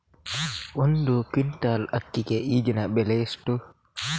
ಒಂದು ಕ್ವಿಂಟಾಲ್ ಅಕ್ಕಿಗೆ ಈಗಿನ ಬೆಲೆ ಎಷ್ಟು?